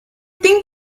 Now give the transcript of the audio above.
think